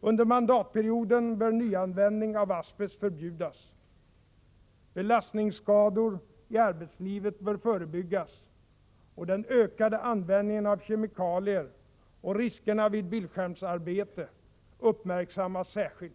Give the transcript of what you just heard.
Under mandatperioden bör nyanvändning av asbest förbjudas. Belastningsskador i arbetslivet bör förebyggas och den ökande användningen av kemikalier och riskerna vid bildskärmsarbete uppmärksammas särskilt.